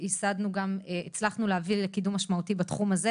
הצלחנו גם להביא לקידום משמעותי בתחום הזה.